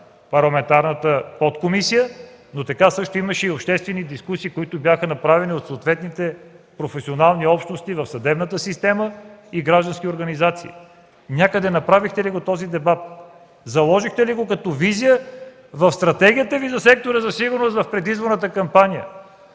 парламентарната подкомисия, но имаше и обществени дискусии, направени от съответните професионални общности в съдебната система и от граждански организации. Направихте ли някъде такъв дебат?! Заложихте ли го като визия в стратегията за сектора за сигурност в предизборната си кампания?